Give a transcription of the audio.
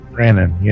Brandon